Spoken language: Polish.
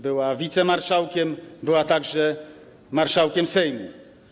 Była wicemarszałkiem, była także marszałkiem Sejmu.